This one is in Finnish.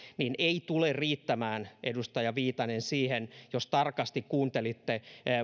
ei tule riittämään edustaja viitanen siihen jos tarkasti kuuntelitte